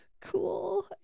cool